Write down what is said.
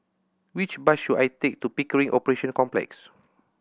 which bus should I take to Pickering Operation Complex